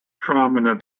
prominent